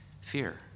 fear